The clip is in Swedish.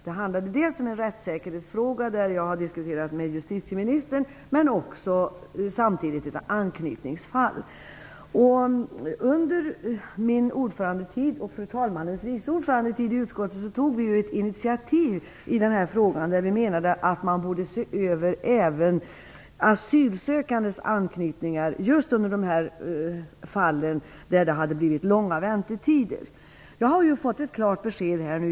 Det handlar om en rättssäkerhetsfråga, som jag har diskuterat med justitieministern, men gäller samtidigt ett anknytningsfall. Under min ordförandetid i socialförsäkringsutskottet, och fru talmannens vice ordförandetid, tog vi ett initiativ i den här frågan. Vi menade att man borde se över även bestämmelser om asylsökandes anknytning i just de fall där det hade blivit långa väntetider. Jag har här fått ett klart besked.